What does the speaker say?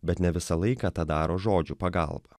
bet ne visą laiką tą daro žodžių pagalba